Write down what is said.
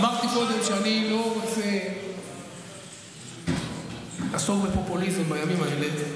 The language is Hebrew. אמרתי קודם שאני לא רוצה לעסוק בפופוליזם בימים האלה.